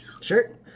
Sure